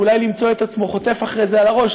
ואולי למצוא את עצמו חוטף אחרי זה על הראש,